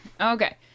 Okay